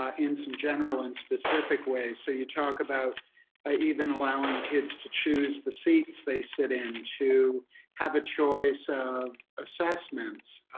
ah in some general and specific ways. so you talk about ah even allowing kids to choose the seats they sit in, to have a choice of assessments,